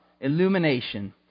illumination